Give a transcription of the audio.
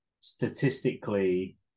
statistically